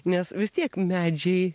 nes vis tiek medžiai